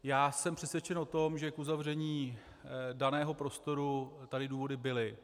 Já jsem přesvědčen o tom, že k uzavření daného prostoru tady důvody byly.